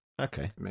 okay